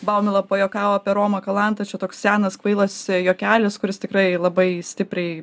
baumila pajuokavo apie romą kalantą čia toks senas kvailas juokelis kuris tikrai labai stipriai